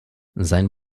sein